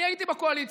אני הייתי בקואליציה.